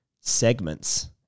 segments